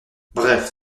bref